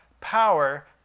power